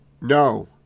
No